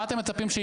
מה אתם מצפים שיקרה?